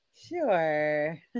Sure